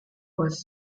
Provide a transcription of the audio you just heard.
was